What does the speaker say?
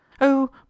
Oh